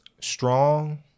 strong